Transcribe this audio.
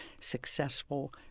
successful